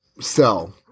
sell